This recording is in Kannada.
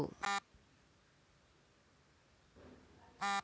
ಸಾಲ ಎಷ್ಟು ತಿಂಗಳಿಗೆ ಒಮ್ಮೆ ಕಟ್ಟುವುದು?